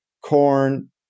corn